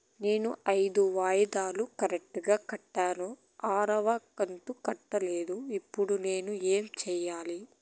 నేను ఐదు వాయిదాలు కరెక్టు గా కట్టాను, ఆరవ కంతు కట్టలేదు, ఇప్పుడు నేను ఏమి సెయ్యాలి?